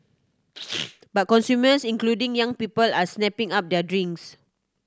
but consumers including young people are snapping up their drinks